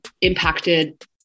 impacted